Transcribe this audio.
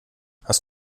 hast